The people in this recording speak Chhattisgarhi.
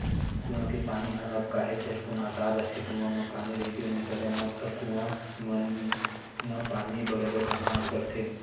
कुँआ के पानी ह अब काहेच झटकुन अटा जाथे, कुँआ म पानी रहिबे नइ करय ना अब कुँआ मन म पानी बरोबर काँहा ओगरथे